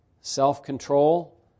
self-control